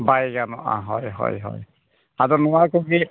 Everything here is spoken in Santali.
ᱵᱟᱭ ᱜᱟᱱᱚᱜᱼᱟ ᱦᱳᱭ ᱦᱳᱭ ᱦᱳᱭ ᱟᱫᱚ ᱱᱚᱣᱟ ᱠᱚᱜᱮ